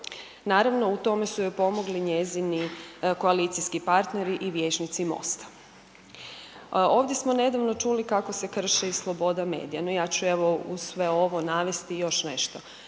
Naravno u tome su joj pomogli njezini koalicijski partneri i vijećnici MOST-a. Ovdje smo nedavno čuli kako se krše i sloboda medija. No, ja ću evo uz sve ovo navesti još nešto.